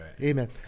Amen